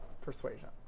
persuasion